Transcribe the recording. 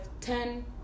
ten